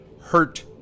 hurt